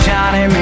Johnny